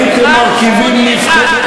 181. הייתם מרכיבים נבחרת